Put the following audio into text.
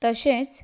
तशेंच